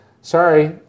sorry